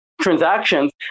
transactions